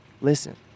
Listen